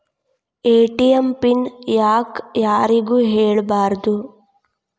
ATM PIN ಯಾಕ್ ಯಾರಿಗೂ ಹೇಳಬಾರದು?